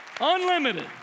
Unlimited